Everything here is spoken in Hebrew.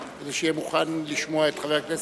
כדי שיהיה מוכן לשמוע את חבר הכנסת,